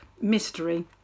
mystery